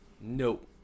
Nope